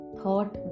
thought